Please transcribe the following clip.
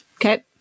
Okay